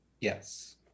Yes